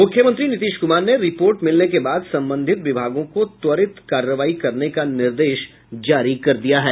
मुख्यमंत्री नीतीश कुमार ने रिपोर्ट मिलने के बाद संबंधित विभागों को त्वरित कार्रवाई करने का निर्देश जारी कर दिया है